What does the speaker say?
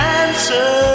answer